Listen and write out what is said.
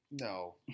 No